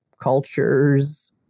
cultures